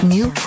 New